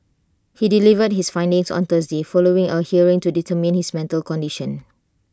he delivered his findings on Thursday following A hearing to determine his mental condition